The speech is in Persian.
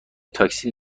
تاکسی